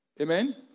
Amen